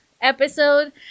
Episode